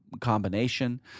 combination